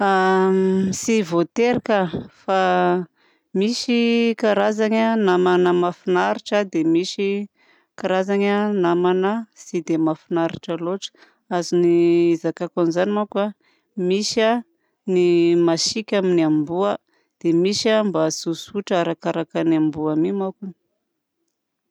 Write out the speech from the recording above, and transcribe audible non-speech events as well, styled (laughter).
(hesitation) Tsy voatery ka! Fa misy karazana namana mahafinaritra dia misy karazana namana tsy dia mahafinaritra loatra. Azony ny izakako anzany manko a misy a ny masiaka amin'ny amboa dia misy mba tsotsotra arakaraka ny amboa mi manko.